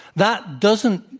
that doesn't